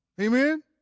Amen